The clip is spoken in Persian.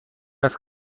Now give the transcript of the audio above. است